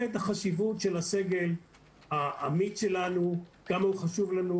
את החשיבות של הסגל העמית שלנו וכמה הוא חשוב לנו.